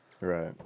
Right